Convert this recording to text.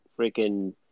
freaking –